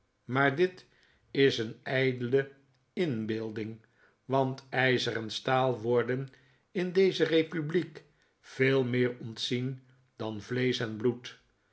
maar dit is een ijdele inbeelding want ijzer en staal worden in deze republiek veel meer ontzien dan vleesch en bloed